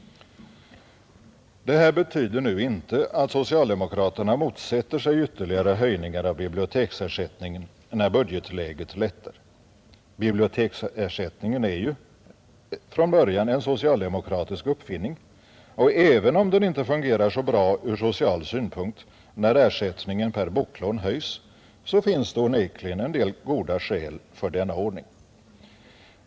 Detta betyder inte att socialdemokraterna motsätter sig ytterligare höjningar av biblioteksersättningen, när budgetläget lättar. Biblioteksersättningen är ju från början en socialdemokratisk uppfinning, och även om den inte fungerar så bra ur social synpunkt, när ersättningen per boklån höjs, finns det onekligen en del goda skäl för denna ordning.